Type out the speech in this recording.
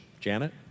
Janet